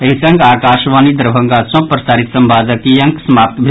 एहि संग आकाशवाणी दरभंगा सँ प्रसारित संवादक ई अंक समाप्त भेल